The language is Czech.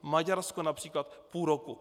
Maďarsko například půl roku.